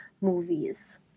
movies